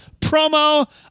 promo